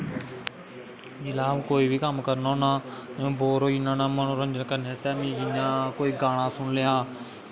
जिसलै अ'ऊं कोई बी कम्म करना होन्नां अ'ऊं बोर होई जन्ना होन्नां मनोरंजन करने तै में जियां कोई गाना सुनी लेआ